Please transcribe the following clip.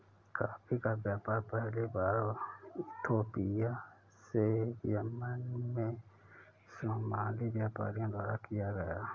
coffee का व्यापार पहली बार इथोपिया से यमन में सोमाली व्यापारियों द्वारा किया गया